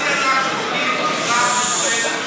אני מציע לך, תקבלי תשובה במועד אחר.